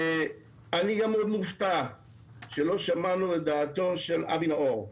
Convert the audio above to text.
אני גם מאוד מופתע שלא שמענו את דעתו של אבי נאור,